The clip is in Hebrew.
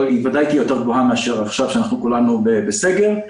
אבל היא בוודאי תהיה יותר גבוהה מאשר עכשיו כאשר כולנו נמצאים בסגר,